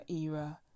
era